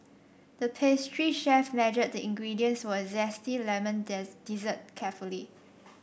the pastry chef measured the ingredients for a zesty lemon dessert carefully